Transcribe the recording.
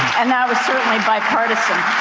and that was certainly bipartisan.